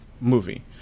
Movie